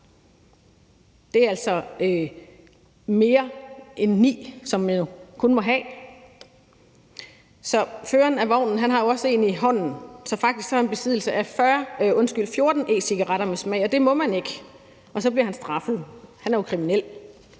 Det er altså mere end 9, som man kun må have. Føreren af vognen har jo også en i hånden, så faktisk er han i besiddelse af 14 e-cigaretter med smag, og det må man ikke, og så bliver han straffet. Han er jo kriminel.